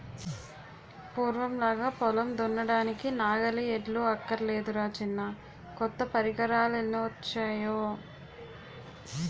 పూర్వంలాగా పొలం దున్నడానికి నాగలి, ఎడ్లు అక్కర్లేదురా చిన్నా కొత్త పరికరాలెన్నొచ్చేయో